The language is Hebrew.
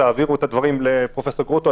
תעביר את הדברים לפרופ' גרוטו.